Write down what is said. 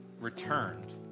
returned